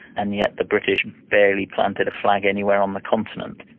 and yet the british barely planted a flag anywhere on the continent.